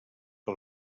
que